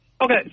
Okay